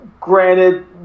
Granted